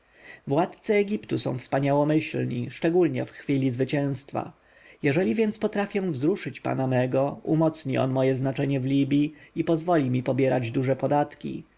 władcy egiptu są wspaniałomyślni szczególnie w chwili zwycięstwa jeżeli więc potrafię wzruszyć pana mego umocni on moje znaczenie w libji i pozwoli mi pobierać duże podatki